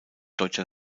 deutscher